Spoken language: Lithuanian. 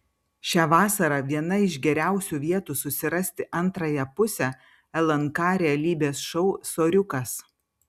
šią vasarą viena iš geriausių vietų susirasti antrąją pusę lnk realybės šou soriukas